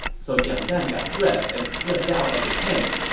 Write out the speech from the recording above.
so jiang gan got dressed and slipped out of the tent.